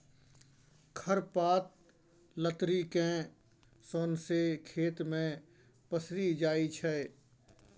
खर पात लतरि केँ सौंसे खेत मे पसरि जाइ छै